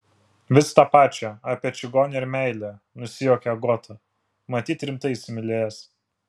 vis tą pačią apie čigonę ir meilę nusijuokė agota matyt rimtai įsimylėjęs